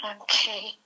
Okay